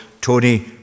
Tony